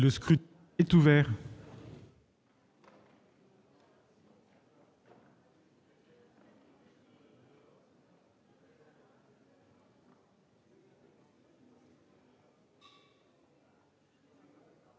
Le scrutin est ouvert.